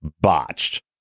botched